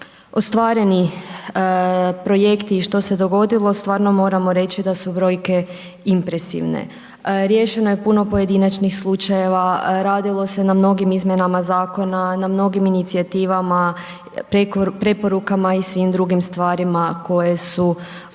ostvareni projekti i što se dogodilo, stvarno moramo reći da su brojke impresivne. Riješeno je puno pojedinačnih slučajeva, radilo se na mnogim izmjenama zakona, na mnogim inicijativama, preporukama i svim drugim stvarima koje su u